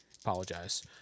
Apologize